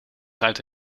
zuid